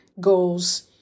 goals